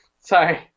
Sorry